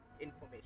information